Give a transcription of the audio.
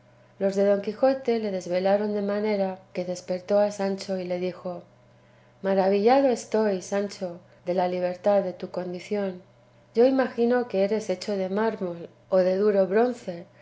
los de don quijote le desvelaron de manera que despertó a sancho y le dijo maravillado estoy sancho de la libertad de tu condición yo imagino que eres hecho de mármol o de duro bronce